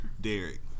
Derek